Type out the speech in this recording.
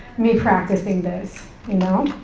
me practicing this, you know.